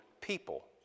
people